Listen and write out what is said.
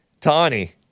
Tawny